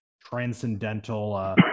transcendental